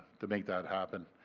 to make that happen.